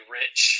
rich